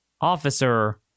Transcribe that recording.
officer